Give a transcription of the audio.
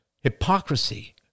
hypocrisy